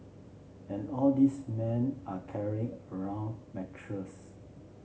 and all these men are carrying around mattress